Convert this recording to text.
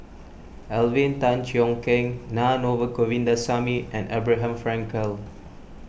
Alvin Tan Cheong Kheng Naa Govindasamy and Abraham Frankel